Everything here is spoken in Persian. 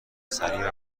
سریع